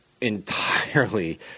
entirely